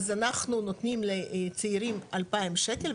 אז אנחנו נותנים לצעירים 2000 שקל.